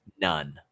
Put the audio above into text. None